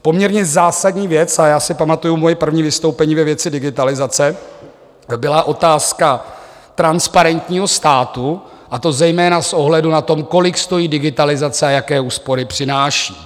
Poměrně zásadní věc, a já si pamatuji svoje první vystoupení ve věci digitalizace, byla otázka transparentního státu, a to zejména s ohledem na to, kolik stojí digitalizace a jaké úspory přináší.